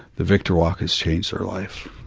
the victor walk has changed their life.